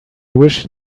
wish